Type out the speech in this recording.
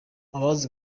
abaje